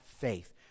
faith